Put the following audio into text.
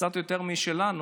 קצת יותר משלנו.